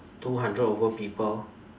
two hundred over people